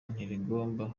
ntirigomba